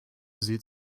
sie